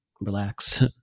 relax